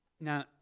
Now